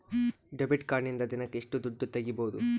Debit ಕಾರ್ಡಿನಿಂದ ದಿನಕ್ಕ ಎಷ್ಟು ದುಡ್ಡು ತಗಿಬಹುದು?